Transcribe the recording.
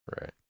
Right